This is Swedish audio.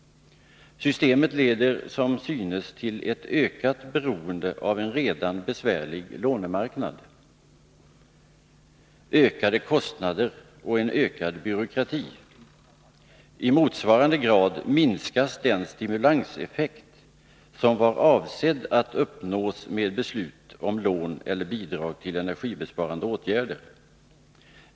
Systemet leder som synes till ett ökat beroende av en redan besvärlig lånemarknad, ökade kostnader och en ökad byråkrati. I motsvarande grad minskas den stimulanseffekt, som var avsedd att uppnås med beslutet om lån eller bidrag till energibesparande åtgärder.